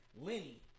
Lenny